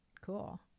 cool